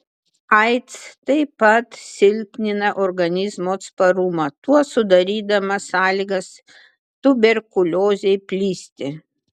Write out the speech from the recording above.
aids taip pat silpnina organizmo atsparumą tuo sudarydama sąlygas tuberkuliozei plisti